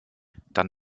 dann